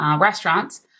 restaurants